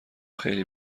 خیلی